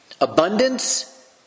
abundance